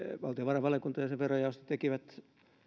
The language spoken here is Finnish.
valtiovarainvaliokunta ja sen verojaosto tekivät